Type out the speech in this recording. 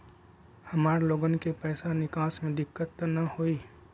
हमार लोगन के पैसा निकास में दिक्कत त न होई?